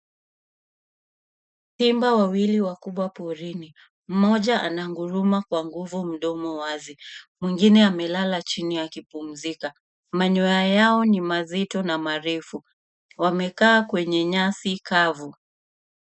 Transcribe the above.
Simba wawili wakubwa porini. Mmoja ananguruma kwa nguvu mdomo wazi. Mwingine amelala chini akipumzika. Manyoya yao ni mazito na marefu. Wamekaa kwenye nyasi kavu.